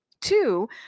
two